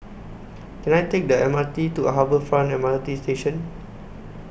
Can I Take The M R T to Harbour Front M R T Station